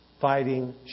fighting